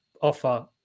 offer